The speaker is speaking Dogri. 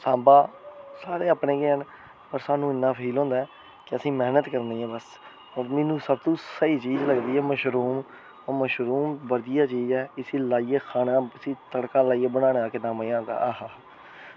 सांबा सारे अपने गै न पर स्हानू इन्ना फील होंदा कि स्हानू मैह्नत करनी ऐ बस ते सर्दियें ई मिगी सब तू स्हेई चीज़ लगदी ऐ मशरूम ओह् मशरूम बधिया चीज़ ऐ इसी लाइयै खानै दा तड़करा लाइयै खानै दा किन्ना मज़ा ऐ